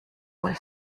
wohl